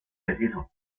deshizo